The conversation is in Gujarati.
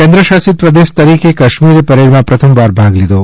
કેન્દ્ર શાસિત પ્રદેશ તરીકે કાશ્મીરે પરેડમાં પ્રથમ વાર ભાગ લીધો